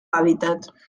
hábitat